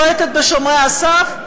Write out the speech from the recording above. בועטת בשומרי הסף,